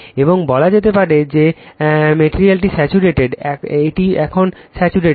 এবং বলা যেতে পারে যে মেটেরিয়ালটি স্যাচুরেটেড এটি এখন স্যাচুরেটেড